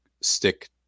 stick